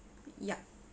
yup